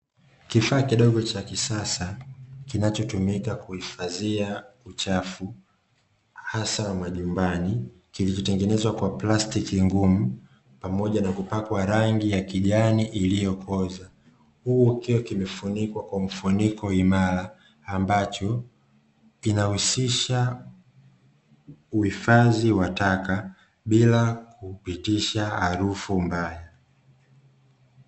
Kifaa kidogo cha kisasa kinachotumika kuhifadhia uchafu, hasa majumbani, kilichotengenezwa kwa plastiki ngumu, pamoja na kupakwa rangi ya kijani iliyokooza, huku kikiwa kimefunikwa kwa mfuniko imara, ambacho inahusisha uhifadhi wa taka, bila kuhusisha harufu mbaya.